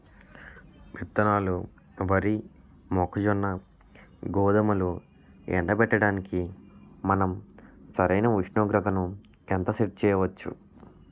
విత్తనాలు వరి, మొక్కజొన్న, గోధుమలు ఎండబెట్టడానికి మనం సరైన ఉష్ణోగ్రతను ఎంత సెట్ చేయవచ్చు?